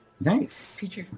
Nice